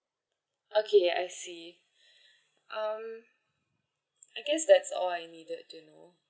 okay I see um I guess that's all I needed to know